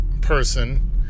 person